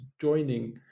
joining